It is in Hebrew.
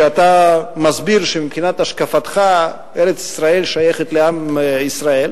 כשאתה מסביר שמבחינת השקפתך ארץ-ישראל שייכת לעם ישראל,